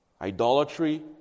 idolatry